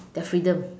their freedom